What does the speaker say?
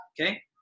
Okay